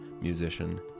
musician